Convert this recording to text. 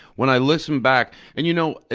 when i listen back and, you know,